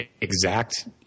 exact